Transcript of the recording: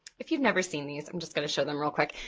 if you've never seen these i'm just gonna show them real quick.